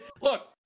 Look